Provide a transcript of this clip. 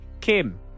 Kim